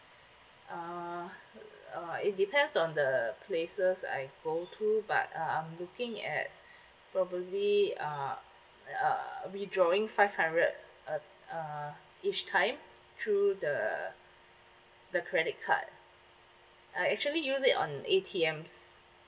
uh uh it depends on the places I go to but uh I'm looking at probably uh uh withdrawing five hundred uh uh each time through the the credit card I actually use it on A_T_Ms